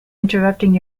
interrupting